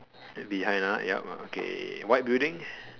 behind ah yup okay white building